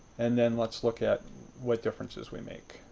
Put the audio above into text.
and then, let's look at what differences we make.